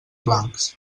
blancs